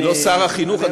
אני לא שר החינוך.